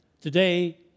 Today